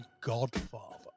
Godfather